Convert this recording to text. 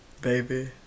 baby